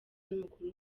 n’umukuru